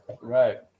Right